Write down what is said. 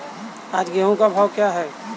आज गेहूँ का भाव क्या है?